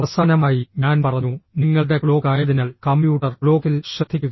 അവസാനമായി ഞാൻ പറഞ്ഞു നിങ്ങളുടെ ക്ലോക്ക് ആയതിനാൽ കമ്പ്യൂട്ടർ ക്ലോക്കിൽ ശ്രദ്ധിക്കുക